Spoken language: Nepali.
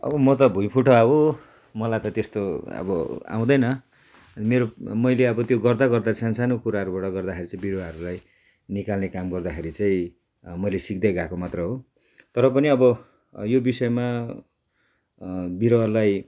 अब म त भुइँफुट्टा हो मलाई त त्यस्तो अब आउँदैन मेरो मैले अब त्यो गर्दा गर्दा सानसानो कुराहरूबाट गर्दाखेरि चाहिँ बिरुवाहरूलाई निकाल्ने काम गर्दाखेरि चाहिँ मैले सिक्दै गएको मात्र हो तर पनि अब यो विषयमा बिरुवालाई